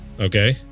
Okay